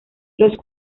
los